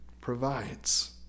provides